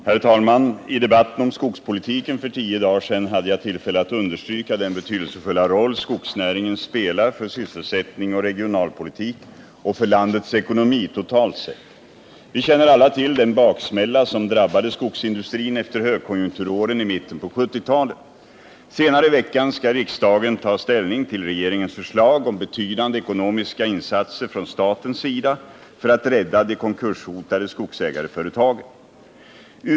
Herr talman! I debatten om skogspolitiken för tio dagar sedan hade jag tillfälle att understryka den betydelsefulla roll skogsnäringen spelar för sysselsättning och regionalpolitik och för landets ekonomi totalt sett. Vi känner alla till den baksmälla som drabbade skogsindustrin efter högkonjunkturåren i mitten på 1970-talet. Senare denna vecka skall riksdagen ta ställning till regeringens förslag om betydande ekonomiska insatser från statens sida för att rädda de konkurshotade skogsägarföretagen.